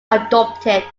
adopted